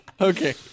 Okay